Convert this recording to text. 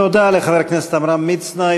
תודה לחבר הכנסת עמרם מצנע,